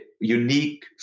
unique